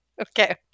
okay